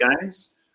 Games